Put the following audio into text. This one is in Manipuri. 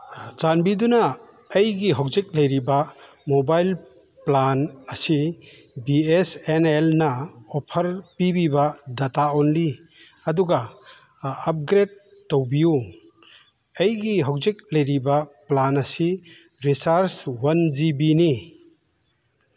ꯆꯥꯟꯕꯤꯗꯨꯅ ꯑꯩꯒꯤ ꯍꯧꯖꯤꯛ ꯂꯩꯔꯤꯕ ꯃꯣꯕꯥꯏꯜ ꯄ꯭ꯂꯥꯟ ꯑꯁꯤ ꯕꯤ ꯑꯦꯁ ꯑꯦꯟ ꯑꯦꯜꯅ ꯑꯣꯐꯔ ꯄꯤꯕꯤꯕ ꯗꯥꯇꯥ ꯑꯣꯟꯂꯤ ꯑꯗꯨꯒ ꯑꯞꯒ꯭ꯔꯦꯗ ꯇꯧꯕꯤꯎ ꯑꯩꯒꯤ ꯍꯧꯖꯤꯛ ꯂꯩꯔꯤꯕ ꯄ꯭ꯂꯥꯟ ꯑꯁꯤ ꯔꯤꯆꯥꯔꯖ ꯋꯥꯟ ꯖꯤ ꯕꯤꯅꯤ